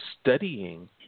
studying